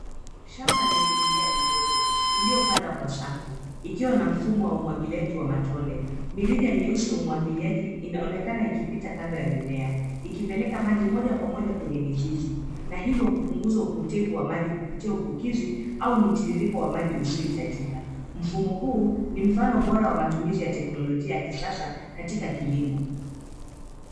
Shamba lenye mimiea midogo iliyopandwa kwa safu ikiwa na mfumo wa umwagiliaji wa matone. Mirija nyeusi ya umwagiliaji inaonekana ikipita kando ya mimea ikipeleka maji moja kwa moja kwenye mizizi na hivyo kupunguza upotevu wa maji kupitia uvikizi au mitiririko wa maji usiohitajika. Mfumo huu ni mfano bora wa matumizi ya teknolojia ya kisasa katika kilimo.